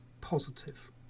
positive